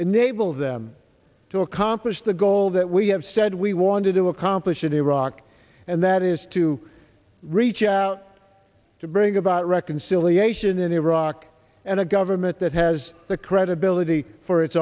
enable them to accomplish the goal that we have said we wanted to accomplish in iraq and that is to reach out bring about reconciliation in iraq and a government that has the credibility for